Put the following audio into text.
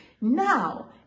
Now